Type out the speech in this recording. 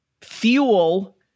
fuel